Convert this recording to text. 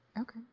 Okay